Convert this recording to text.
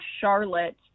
Charlotte